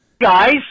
Guys